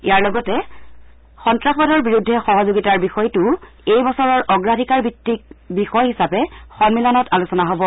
ইয়াৰ লগতে সন্তাসবাদৰ বিৰুদ্ধে সহযোগিতাৰ বিষয়টো এইবছৰৰ অগ্ৰাধিকাৰ ভিত্তিক বিষয় হিচাপে সন্মিলনত আলোচনা হব